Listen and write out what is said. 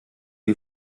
die